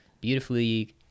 beautifully